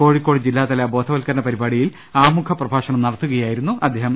കോഴിക്കോട് ജില്ലാതല ബോധവത്ക്കരണ പരിപാടിയിൽ ആമുഖ പ്രഭാ ഷണം നടത്തുകയായിരുന്നു അദ്ദേഹം